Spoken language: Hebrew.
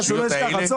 כן.